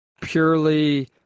purely